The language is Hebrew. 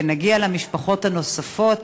ונגיע למשפחות הנוספות,